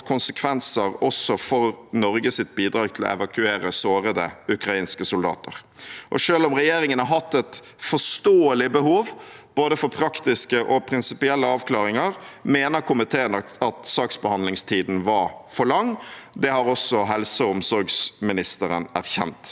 konsekvenser også for Norges bidrag til å evakuere sårede ukrainske soldater. Selv om regjeringen har hatt et forståelig behov for både praktiske og prinsipielle avklaringer, mener komiteen at saksbehandlingstiden var for lang. Det har også helseog omsorgsministeren erkjent.